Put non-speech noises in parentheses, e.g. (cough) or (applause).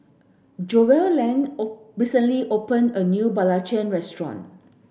Joellen (unintelligible) recently open a new Belacan restaurant